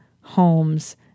homes